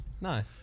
Nice